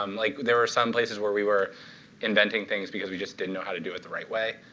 um like there were some places where we were inventing things because we just didn't know how to do it the right way.